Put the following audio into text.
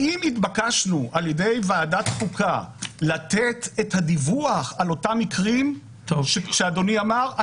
האם התבקשנו על ידי ועדת החוקה לתת את הדיווח על אותם מקרים שאדוני אמר?